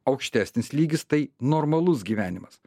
aukštesnis lygis tai normalus gyvenimas